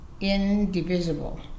indivisible